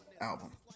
album